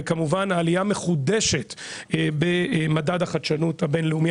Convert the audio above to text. וכמובן העלייה המחודשת במדד החדשנות הבינלאומי,